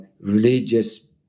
religious